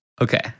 Okay